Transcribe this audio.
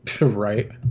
right